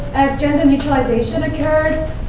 as gender neutralization occurred,